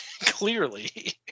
clearly